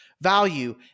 value